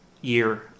year